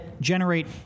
generate